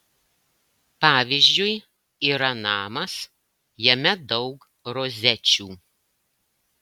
pavyzdžiui yra namas jame daug rozečių